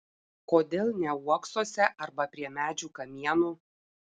kodėl ne uoksuose arba prie medžių kamienų